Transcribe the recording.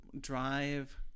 drive